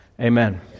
Amen